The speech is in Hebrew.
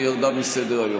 והיא ירדה מסדר-היום.